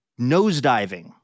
nosediving